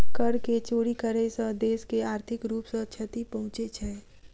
कर के चोरी करै सॅ देश के आर्थिक रूप सॅ क्षति पहुँचे छै